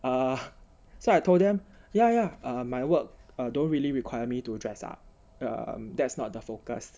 uh so I told them yeah yeah my work don't really require me to dress up err that's not the focus